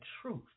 truth